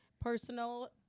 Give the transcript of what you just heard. personal